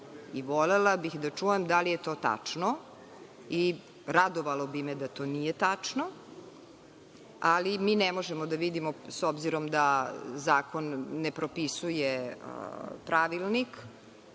Volela bih da čujem da li je tačno i radovalo bi me da to nije tačno, ali ne možemo da vidimo s obzirom da zakon ne propisuje pravilnik.